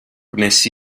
gwnes